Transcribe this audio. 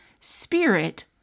spirit